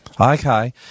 Okay